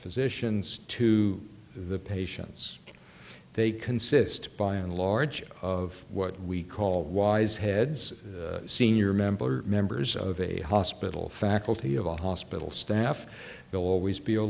physicians to the patients they consist by and large of what we call wise heads senior member or members of a hospital faculty of a hospital staff will always be a